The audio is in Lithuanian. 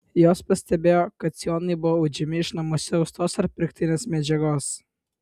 jos pastebėjo kad sijonai buvo audžiami iš namuose austos ar pirktinės medžiagos